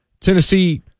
Tennessee